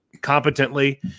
competently